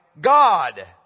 God